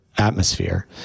atmosphere